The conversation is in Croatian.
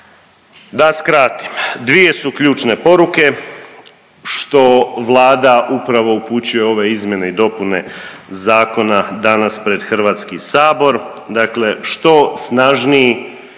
Da skratim, dvije su ključne poruke što Vlada upravo upućuje ove izmjene i dopune zakona danas pred HS. Dakle što snažniji